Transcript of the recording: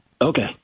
Okay